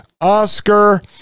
Oscar